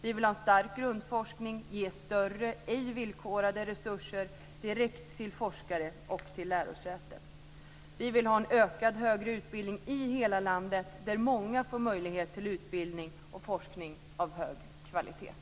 Vi vill ha en stark grundforskning, ge större, ej villkorade, resurser direkt till forskare och lärosäten. Vi vill ha en ökad högre utbildning i hela landet, där många får möjlighet till utbildning och forskning av hög kvalitet.